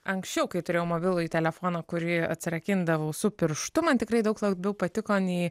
anksčiau kai turėjau mobilųjį telefoną kurį atsirakindavau su pirštu man tikrai daug labiau patiko nei